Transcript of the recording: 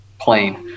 plain